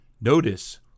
Notice